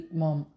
mom